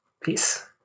Peace